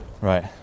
Right